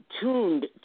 tuned